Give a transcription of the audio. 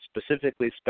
specifically